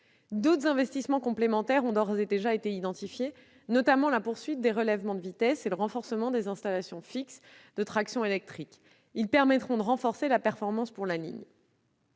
D'autres investissements complémentaires ont d'ores et déjà été identifiés, notamment la poursuite des relèvements de vitesse et le renforcement des installations fixes de traction électrique, en vue de renforcer la performance de la ligne.